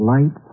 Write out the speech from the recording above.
Light